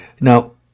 Now